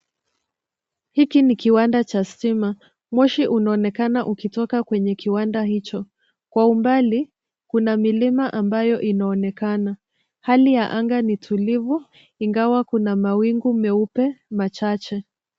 Hiki ni kiwanda cha stima. Moshi unaonekana ukitoka kwenye kiwanda hicho. Kwa umbali, kuna milima ambayo inaonekana. Hali ya anga ni tulivu ingawa kuna mawingu meupe machache.